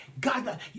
God